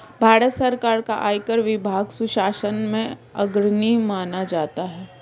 भारत सरकार का आयकर विभाग सुशासन में अग्रणी माना जाता है